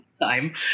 time